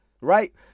right